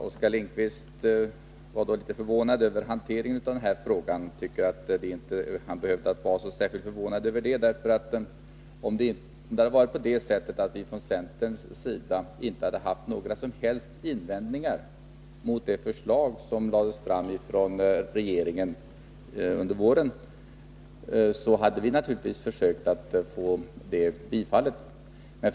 Herr talman! Oskar Lindkvist är förvånad över hanteringen av denna fråga. Jag tycker inte han behöver vara särskilt förvånad över det. Om vi från centerns sida inte hade haft några som helst invändningar mot det förslag som lades fram av regeringen under våren, hade vi naturligtvis försökt få det genomfört.